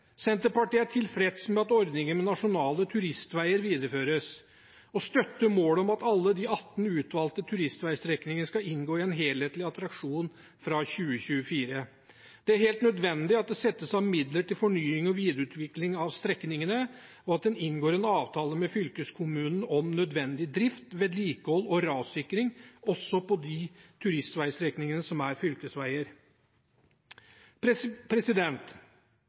Senterpartiet er tilfreds med at ordningen med nasjonale turistveier videreføres, og støtter målet om at alle de 18 utvalgte turistveistrekningene skal inngå i en helhetlig attraksjon fra 2024. Det er helt nødvendig at det settes av midler til fornying og videreutvikling av strekningene, og at en inngår en avtale med fylkeskommunen om nødvendig drift, vedlikehold og rassikring også på de turistveistrekningene som er